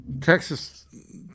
Texas